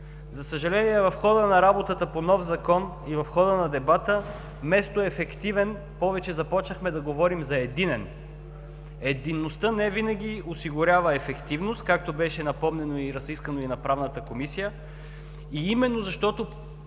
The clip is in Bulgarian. За съжаление, в хода на работата по нов закон и в хода на дебата, вместо ефективен, повече започнахме да говорим за единен. Единността невинаги осигурява ефективност, както беше напомнено и разисквано и в Правната комисия. Именно, защото